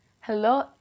Hello